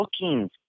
looking